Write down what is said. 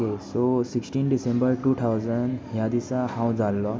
okay so sixteen December two thousand ह्या दिसा हांव जाल्लों